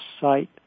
site